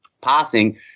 passing